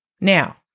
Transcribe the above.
Now